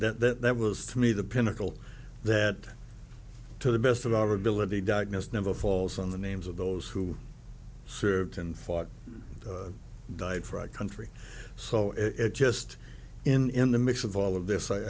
mean that that was to me the pinnacle that to the best of our ability diagnosed never falls on the names of those who served and fought and died for our country so it just in the mix of all of this i